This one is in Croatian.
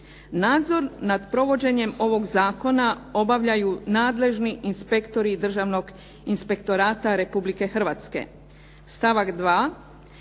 Nadzor nad provođenjem obavljaju nadležni inspektori Državnog inspektorata Republike Hrvatske, a